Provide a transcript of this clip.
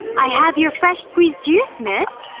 i have your fresh-squeezed juice, miss!